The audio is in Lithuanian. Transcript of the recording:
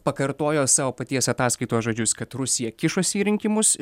pakartojo savo paties ataskaitos žodžius kad rusija kišosi į rinkimus ir